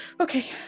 Okay